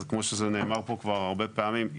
כמו שזה נאמר פה כבר הרבה פעמים,